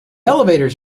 elevators